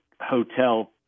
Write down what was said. hotel